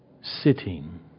sitting